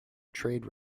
trade